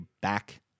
back